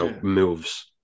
moves